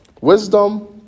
Wisdom